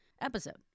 episode